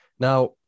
Now